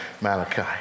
Malachi